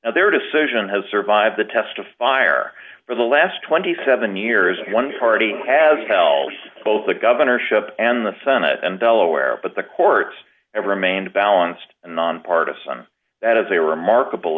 now their decision has survived the test of fire for the last twenty seven years one party has held both the governorship and the senate and delaware but the courts have remained balanced and nonpartisan that is a remarkable